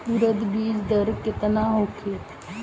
उरद बीज दर केतना होखे?